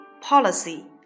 policy